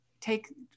take